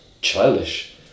childish